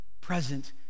Present